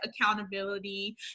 accountability